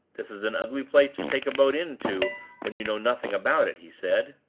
this is an ugly place to take a boat into when you know nothing about it, he said.